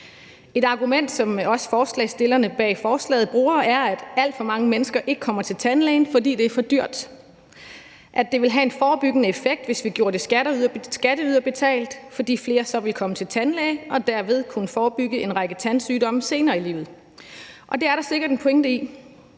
Et argument, som også forslagsstillerne bag forslaget bruger, er, at alt for mange mennesker ikke kommer til tandlægen, fordi det er for dyrt, og at det ville have en forebyggende effekt, hvis vi gjorde det skatteyderbetalt, fordi flere så ville komme til tandlæge, og at man derved så ville kunne forebygge en række tandsygdomme senere i livet. Og det er der sikkert en pointe i.